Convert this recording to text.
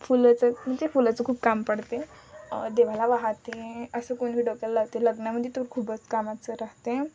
फुलंचं म्हणजे फुलाचं खूप काम पडते देवाला वाहते असं कोण बी डोक्याला लावते लग्नामध्ये तर खूपच कामाचं राहते